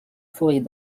forêt